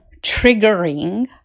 triggering